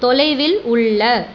தொலைவில் உள்ள